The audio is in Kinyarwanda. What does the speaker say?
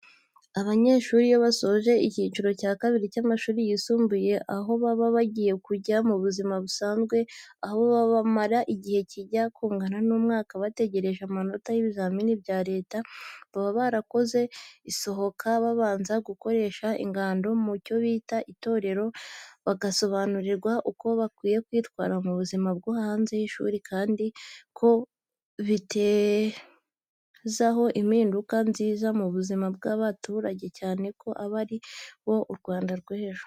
Abanyeshuri iyo basoje icyiciro cya kabiri cy'amashuri yisumbuye aho baba bagiye kujya mu buzima busanzwe aho bamara igihe kijya kungana n'umwaka bategereje amanota y'ibizamini bya leta baba barakoze asohoka babanza gukoreshwa ingando mu cyo bita itorero bagasobanurirwa uko bakwiye kwitwara mu buzima bwo hanze y'ishuri kandi ko bitezaeho impinduka nziza mu buzima bwa'abaturage cyane ko aba ari bo Rwanda rw'ejo.